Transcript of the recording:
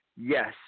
Yes